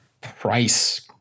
price